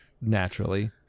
Naturally